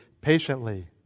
patiently